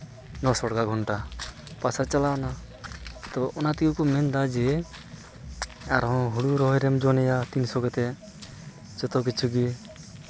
ᱱᱚᱥᱚ ᱴᱟᱠᱟ ᱜᱷᱚᱱᱴᱟ ᱯᱚᱭᱥᱟ ᱪᱟᱞᱟᱣᱱᱟ ᱛᱳ ᱚᱱᱟ ᱛᱮᱜᱮ ᱠᱚ ᱢᱮᱱᱫᱟ ᱡᱮ ᱟᱨᱚ ᱦᱩᱲᱩ ᱨᱚᱦᱚᱭ ᱨᱮᱢ ᱡᱚᱱᱮᱭᱟ ᱛᱤᱱᱥᱚ ᱠᱟᱛᱮᱫ ᱡᱚᱛᱚ ᱠᱤᱪᱷᱩ ᱜᱮ